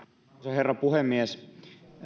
herra puhemies